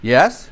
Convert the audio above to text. Yes